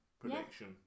Prediction